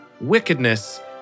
wickedness